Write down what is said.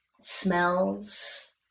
smells